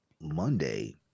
Monday